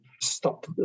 stop